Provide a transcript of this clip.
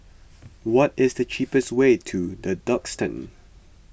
what is the cheapest way to the Duxton